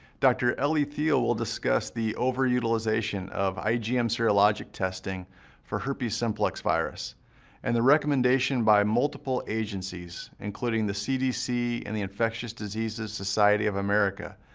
dr. elli theel will discuss the over utilization of igm um serologic testing for herpes simplex virus and the recommendation by multiple agencies, including the cdc and the infectious diseases society of america,